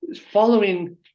following